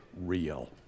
real